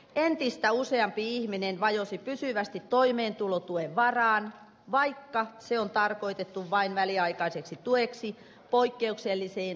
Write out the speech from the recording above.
entistä useampi ihminen vajosi pysyvästi toimeentulotuen varaan vaikka se on tarkoitettu vain väliaikaiseksi tueksi poikkeuksellisiin elämäntilanteisiin